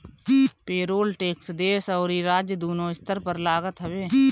payroll tax देस अउरी राज्य दूनो स्तर पर लागत हवे